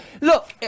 Look